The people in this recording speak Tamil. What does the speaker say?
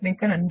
மிக்க நன்றி